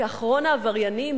כאחרון העבריינים,